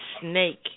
snake